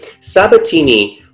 Sabatini